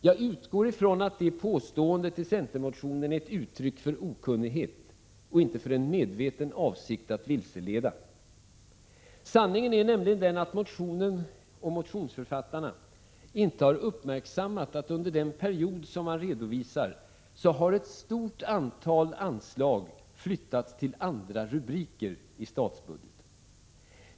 Jag utgår från att detta påstående i centermotionen är ett uttryck för okunnighet och inte för en medveten avsikt att vilseleda. Sanningen är nämligen den att motionsförfattarna inte har uppmärksammat att under den period som redovisas har ett stort antal anslag flyttats till andra rubriker i statsbudgeten.